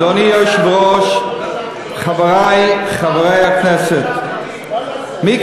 אחרי חבר הכנסת ליצמן תעלה ותדבר.